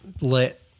lit